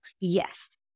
yes